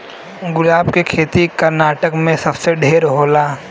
गुलाब के खेती कर्नाटक में सबसे ढेर होला